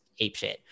apeshit